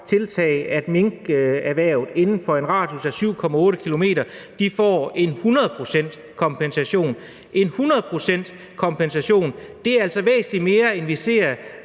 tiltag, at minkerhvervet inden for en radius af 7,8 km får en kompensation på 100 pct. Det er altså væsentlig mere, end vi ser